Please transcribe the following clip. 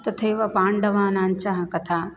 तथैव पाण्डावानाञ्च कथा